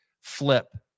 flip